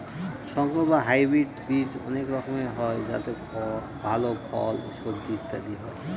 সংকর বা হাইব্রিড বীজ অনেক রকমের হয় যাতে ভাল ফল, সবজি ইত্যাদি হয়